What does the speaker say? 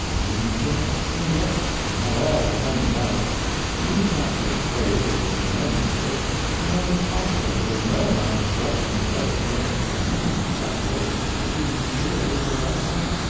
you can guess and guess, and have all the fun you like you need not be afraid there will be an end to it none is possible, for no amount of guessing will ever furnish you a meaning for that word that you can be sure is the right one.